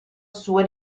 sue